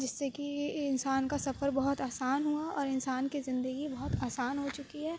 جس سے کہ انسان کا سفر بہت آسان ہُوا اور انسان کی زندگی بہت آسان ہو چُکی ہے